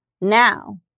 Now